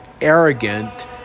arrogant